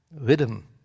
rhythm